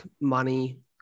money